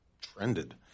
trended